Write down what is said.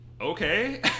okay